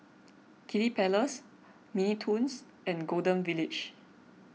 Kiddy Palace Mini Toons and Golden Village